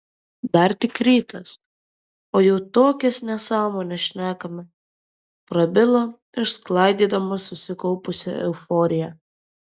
dar tik rytas o jau tokias nesąmones šnekame prabilo išsklaidydamas susikaupusią euforiją